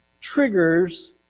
triggers